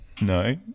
No